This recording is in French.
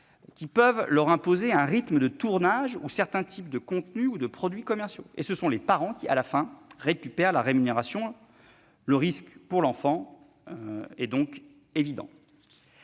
cas échéant, imposent un rythme de tournage ou certains types de contenus ou de produits commerciaux. Ce sont les parents qui,, récupèrent la rémunération. Le risque pour les enfants est évident.